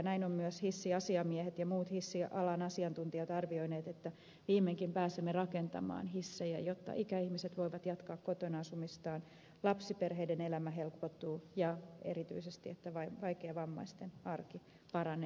näin ovat myös hissiasiamiehet ja muut hissialan asiantuntijat arvioineet että viimeinkin pääsemme rakentamaan hissejä niin että ikäihmiset voivat jatkaa kotona asumistaan lapsiperheiden elämä helpottuu ja erityisesti vaikeavammaisten arki paranee